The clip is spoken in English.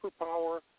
superpower